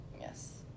Yes